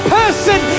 person